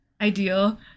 Ideal